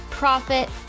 profit